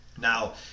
Now